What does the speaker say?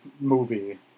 movie